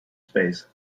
space